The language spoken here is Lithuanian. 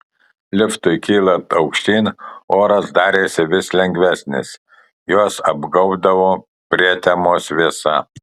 liftui kylant aukštyn oras darėsi vis lengvesnis juos apgaubdavo prietemos vėsa